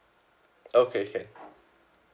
okay can